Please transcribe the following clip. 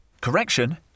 Correction